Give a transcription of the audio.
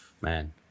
Man